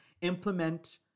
Implement